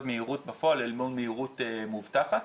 מהירות בפועל אל מול מהירות מובטחת